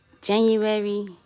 january